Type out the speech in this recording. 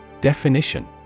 DEFINITION